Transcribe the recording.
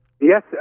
Yes